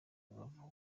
rubavu